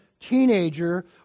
Teenager